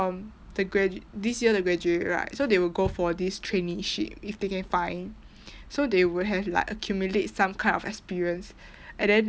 um the graduate this year the graduate right so they will go for this traineeship if they can find so they will have like accumulate some kind of experience and then